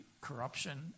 corruption